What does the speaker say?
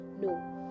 No